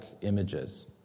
images